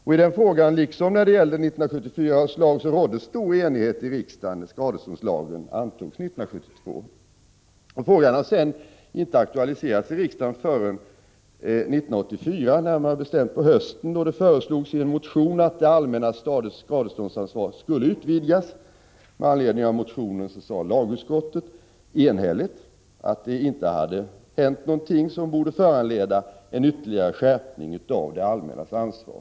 I denna fråga, liksom då det gäller 1974 års lag, rådde stor enighet i riksdagen när skadeståndslagen antogs 1972. Frågan har inte aktualiserats i riksdagen förrän 1984, närmare bestämt på hösten, då det i en motion föreslogs att det allmännas skadeståndsansvar skulle utvidgas. Med anledning av den motionen sade lagutskottet enhälligt att det inte hade hänt någonting som borde föranleda en ytterligare skärpning av det allmännas ansvar.